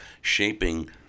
shaping